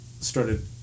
started